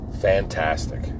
Fantastic